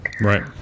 right